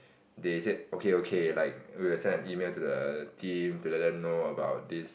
they said okay okay like we will send an email to the team to let them know about this